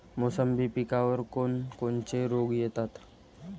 मोसंबी पिकावर कोन कोनचे रोग येतात?